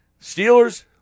Steelers